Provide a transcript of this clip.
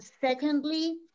Secondly